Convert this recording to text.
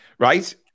Right